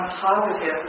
positive